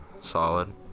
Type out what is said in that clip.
Solid